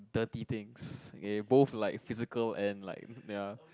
dirty things okay both like physical and like ya